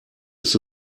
ist